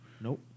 Nope